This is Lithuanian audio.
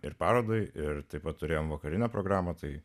ir parodai ir taip pat turėjome vakarinę programą tai